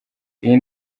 iyi